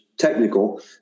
technical